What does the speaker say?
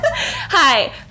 hi